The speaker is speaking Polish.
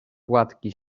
płatki